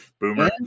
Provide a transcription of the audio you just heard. boomer